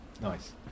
Nice